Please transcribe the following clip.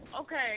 okay